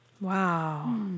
Wow